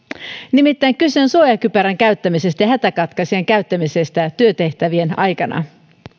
nimittäin kyse on suojakypärän käyttämisestä ja hätäkatkaisijan käyttämisestä työtehtävien aikana